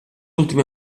última